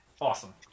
Awesome